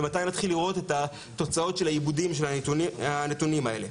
ומתי נתחיל לראות את התוצאות של העיבודים של הנתונים האלה.